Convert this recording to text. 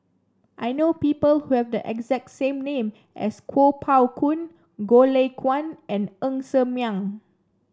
I know people who have the exact same name as Kuo Pao Kun Goh Lay Kuan and Ng Ser Miang